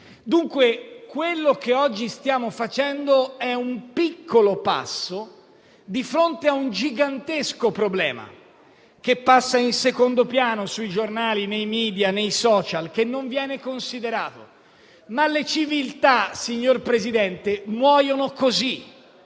Dunque, quanto oggi stiamo facendo è un piccolo passo di fronte a un gigantesco problema, che passa in secondo piano sui giornali, nei media e nei *social* e che non viene considerato, ma le civiltà, signor Presidente, muoiono così.